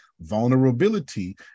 vulnerability